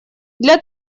для